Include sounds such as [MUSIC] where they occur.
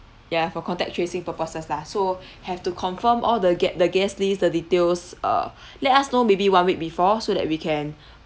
ya for contact tracing purposes lah so [BREATH] have to confirm all the gue~ the guest list the details uh [BREATH] let us know maybe one week before so that we can